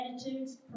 attitudes